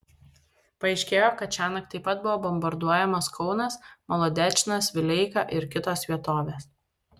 paaiškėjo kad šiąnakt taip pat buvo bombarduojamas kaunas molodečnas vileika ir kitos vietovės